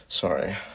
Sorry